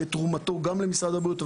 ואת תרומתו גם למשרד הבריאות,